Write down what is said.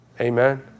Amen